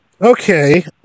Okay